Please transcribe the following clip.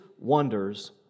wonders